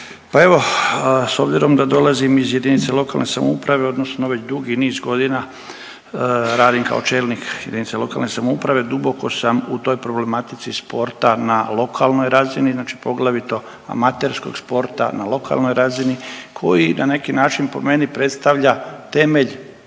Pa evo s obzirom da dolazim iz jedinice lokalne samouprave, odnosno već dugi niz godina radim kao čelnik jedinice lokalne samouprave. Duboko sam u toj problematici sporta na lokalnoj razini, znači poglavito amaterskog sporta na lokalnoj razini koji na neki način po meni predstavlja temelj